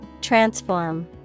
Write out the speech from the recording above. Transform